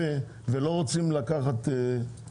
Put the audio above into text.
התמקדנו במה שפגע ברפורמה וזה דבר שצריך לתקן בדחיפות.